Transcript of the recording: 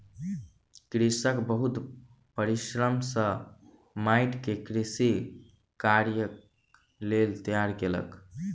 कृषक बहुत परिश्रम सॅ माइट के कृषि कार्यक लेल तैयार केलक